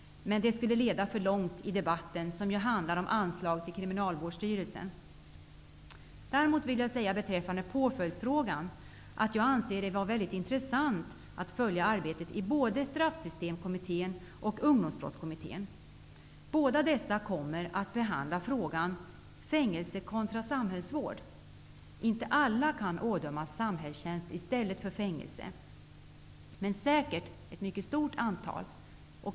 Men det skulle leda för långt i debatten, som ju handlar om anslag till Kriminalvårdsstyrelsen. Däremot anser jag i påföljdsfrågan att det var väldigt intressant att följa arbetet både i Ungdomsbrottskommittén. Båda dessa kommer att behandla frågan om fängelse kontra samhällsvård. Alla kan inte ådömas samhällstjänst i stället för fängelse, men säkert ett mycket stort antal.